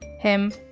him,